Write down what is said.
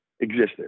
existed